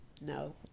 no